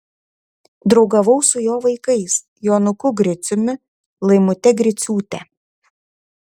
draugavau su jo vaikais jonuku griciumi laimute griciūte